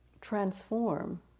transform